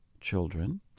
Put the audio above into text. children